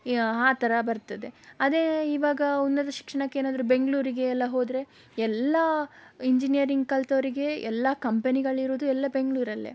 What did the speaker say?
ಆ ಥರ ಬರ್ತದೆ ಅದೇ ಈವಾಗ ಉನ್ನತ ಶಿಕ್ಷಣಕ್ಕೆ ಏನಾದರೂ ಬೆಂಗಳೂರಿಗೆ ಎಲ್ಲ ಹೋದರೆ ಎಲ್ಲ ಇಂಜಿನಿಯರಿಂಗ್ ಕಲಿತವರಿಗೆ ಎಲ್ಲ ಕಂಪನಿಗಳು ಇರುವುದು ಎಲ್ಲ ಬೆಂಗಳೂರಲ್ಲೇ